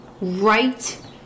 right